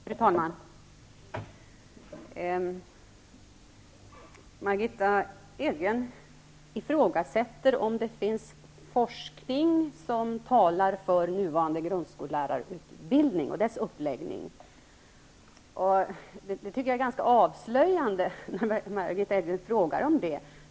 Fru talman! Margitta Edgren ifrågasätter om det finns forskning som talar för nuvarande grundskollärarutbildning och dess uppläggning. Jag tycker att det är ganska avslöjande att Margitta Edgren frågar om det.